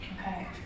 Okay